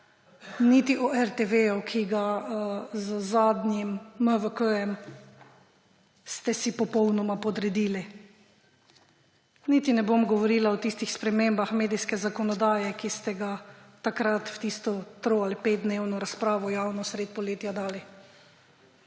niti o RTV, ki ste si ga z zadnjim MVK popolnoma podredili. Niti ne bom govorila o tistih spremembah medijske zakonodaje, ko ste takrat v tisto tri- ali petdnevno javno razpravo sredi poletja dali,